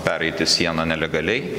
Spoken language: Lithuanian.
pereiti sieną nelegaliai